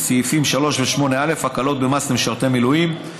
סעיפים 3 ו-8(א) (הקלות במס למשרתי מילואים).